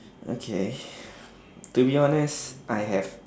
okay to be honest I have